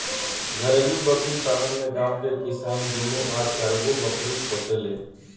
घरेलु बकरी पालन में गांव के किसान दूगो आ चारगो बकरी पोसेले